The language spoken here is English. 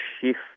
shift